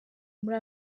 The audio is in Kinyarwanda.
muri